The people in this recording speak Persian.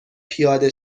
پیاده